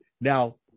Now